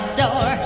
door